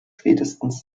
spätestens